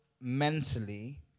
mentally